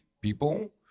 people